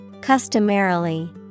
Customarily